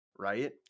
Right